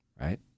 right